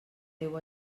déu